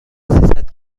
سیصد